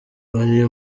ari